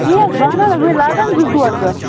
وُنہِ حَظ بنَن نہٕ وُنہِ لگَن زٕ ژور دۄہ